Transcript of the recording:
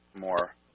more